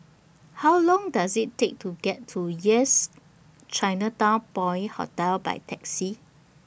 How Long Does IT Take to get to Yes Chinatown Point Hotel By Taxi